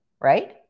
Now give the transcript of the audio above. right